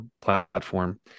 platform